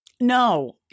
No